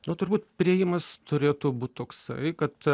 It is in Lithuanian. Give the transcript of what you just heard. na turbūt priėjimas turėtų būti toksai kad